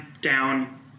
down